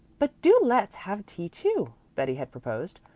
but do let's have tea too, betty had proposed.